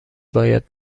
باید